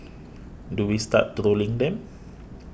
do we start trolling them